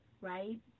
right